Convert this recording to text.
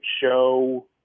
show